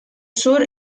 sur